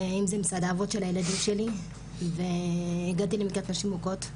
ואם זה מצד האבות של הילדים שלי והגעתי למקלט נשים מוכות,